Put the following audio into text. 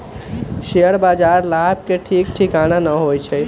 share बाजार में लाभ के ठीक ठिकाना न होइ छइ